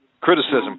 Criticism